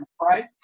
Right